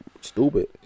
stupid